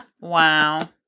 Wow